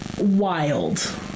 wild